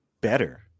better